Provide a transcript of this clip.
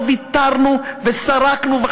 לא ויתרנו, וסרקנו.